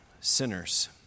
sinners